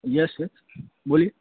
yes yes બોલીયે